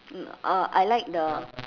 um uh I like the